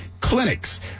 clinics